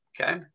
okay